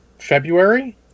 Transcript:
February